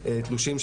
תלושים,